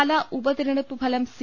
പാലാ ഉപതെരഞ്ഞെടുപ്പുഫല്ം സി